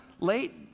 late